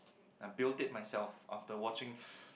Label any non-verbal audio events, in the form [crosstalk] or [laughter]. I built it myself after watching [breath]